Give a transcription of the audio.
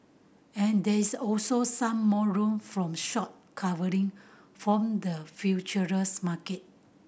and there is also some more room from short covering from the futures market